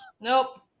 Nope